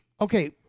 okay